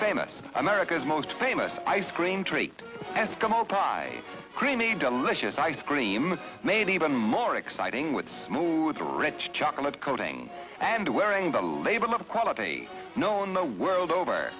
famous america's most famous ice cream treat eskimo par creamy delicious ice cream made even more exciting with smooth rich chocolate coating and wearing the label of quality known the world over